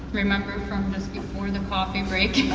remember from just before the coffee break.